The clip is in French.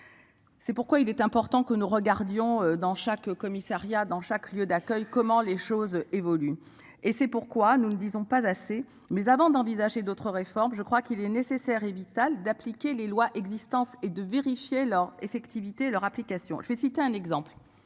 C'est pourquoi il est important que nous regardions dans chaque commissariat dans chaque lieu d'accueil comment les choses évoluent et c'est pourquoi nous ne disons pas assez mais avant d'envisager d'autres réformes. Je crois qu'il est nécessaire et vital d'appliquer les lois existantes et de vérifier leur effectivité leur application. Je vais citer un exemple,